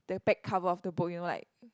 the back cover of the book you know like